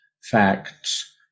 facts